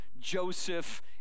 Joseph